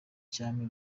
cyami